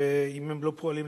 ואם הן לא פועלות,